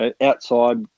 outside